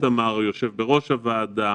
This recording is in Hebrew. איתמר יושב בראש הוועדה,